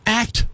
act